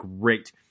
great